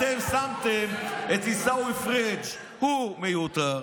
אתם שמתם את עיסאווי פריג' הוא מיותר.